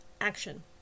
Action